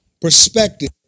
Perspective